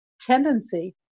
tendency